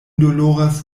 doloras